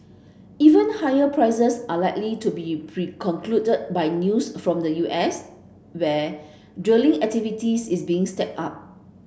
even higher prices are likely to be precluded by news from the U S where drilling activity is being stepped up